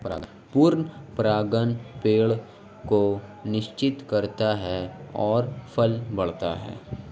पूर्ण परागण पेड़ को निषेचित करता है और फल बढ़ता है